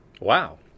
Wow